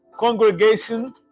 congregation